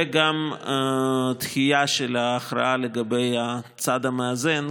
וגם דחייה של ההכרעה לגבי הצד המאזן,